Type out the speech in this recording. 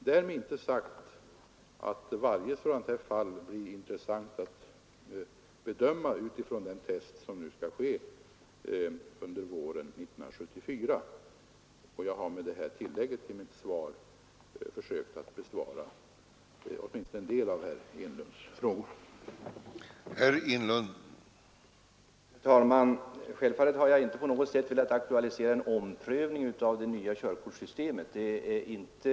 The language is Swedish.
Därmed är inte sagt att inte varje sådant här fall blir intressant att bedöma utifrån den test som skall ske under våren 1974. Jag har med detta tillägg till mitt svar försökt att besvara åtminstone en del av herr Enlunds frågor.